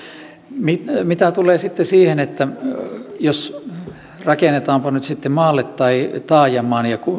mitä mitä tulee siihen rakennetaanko nyt sitten maalle vai taajamaan ja